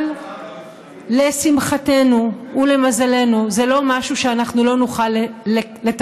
אבל לשמחתנו ולמזלנו זה לא משהו שאנחנו לא נוכל לתקן,